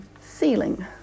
ceiling